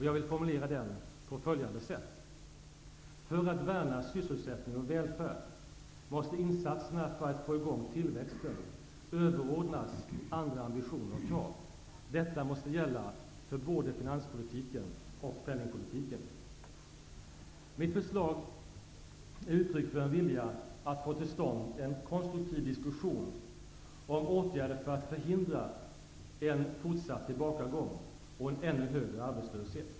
Jag vill formulera den på följande sätt: ''För att värna sysselsättning och välfärd måste insatserna för att få i gång tillväxten överordnas andra ambitioner och krav. Detta måste gälla för både finanspolitiken och penningpolitiken.'' Mitt förslag är uttryck för en vilja att få till stånd en konstruktiv diskussion om åtgärder för att förhindra en fortsatt tillbakagång och en ännu högre arbetslöshet.